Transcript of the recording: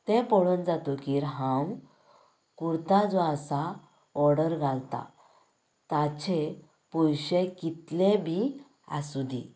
तें पळोवन जातकीर हांव कुर्ता जो आसा ऑर्डर घालता ताचे पयशें कितले बी आसूंदी